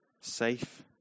Safe